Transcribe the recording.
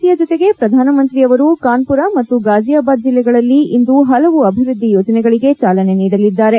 ವಾರಾಣಸಿಯ ಜೊತೆಗೆ ಪ್ರಧಾನಮಂತ್ರಿಯವರು ಕಾನ್ಪುರ ಮತ್ತು ಗಾಜಿಯಾಬಾದ್ ಜಿಲ್ಲೆಗಳಲ್ಲಿ ಇಂದು ಹಲವು ಅಭಿವೃದ್ದಿ ಯೋಜನೆಗಳಿಗೆ ಚಾಲನೆ ನೀಡಲಿದ್ದಾರೆ